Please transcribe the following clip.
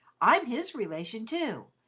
i'm his relation, too,